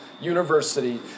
University